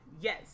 Yes